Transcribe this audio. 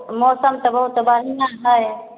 मौसम तऽ बहुत बढ़िआँ हय